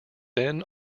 then